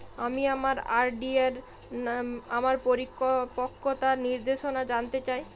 আমি আমার আর.ডি এর আমার পরিপক্কতার নির্দেশনা জানতে চাই